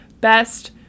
Best